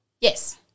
Yes